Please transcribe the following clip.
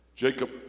Jacob